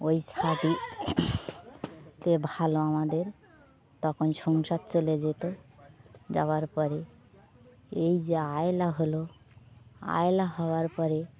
ওই ছাটি তে ভালো আমাদের তখন সংসার চলে যেত যাওয়ার পরে এই যে আয়লা হল আয়লা হওয়ার পরে